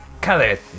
colors